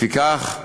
לפיכך,